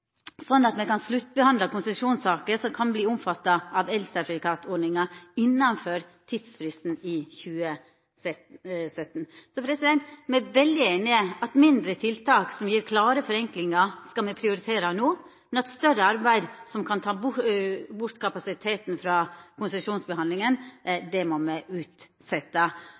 sånn at me kan sluttbehandla konsesjonssaker som kan verta omfatta av elsertifikatordninga innanfor tidsfristen i 2017. Me er veldig einige i at mindre tiltak som gjer klare forenklingar, skal me prioritera no, men at større arbeid som kan ta bort kapasiteten frå konsesjonsbehandlinga, må me